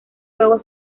fuego